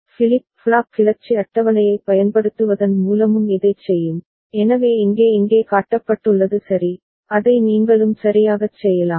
flip flop கிளர்ச்சி அட்டவணையைப் பயன்படுத்துவதன் மூலமும் இதைச் செய்யும் எனவே இங்கே இங்கே காட்டப்பட்டுள்ளது சரி அதை நீங்களும் சரியாகச் செய்யலாம்